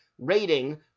rating